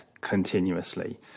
continuously